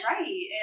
Right